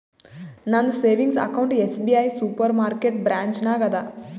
ನಂದ savings account SBI super market branch ನಾಗ್ ಅದಾ